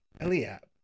Eliab